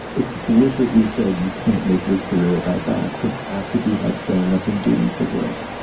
explicitly said, you can't make your career about that it has to be about showing up and doing the work.